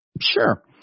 Sure